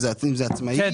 אם זה עצמאי,